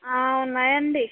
ఉన్నాయండి